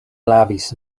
lavis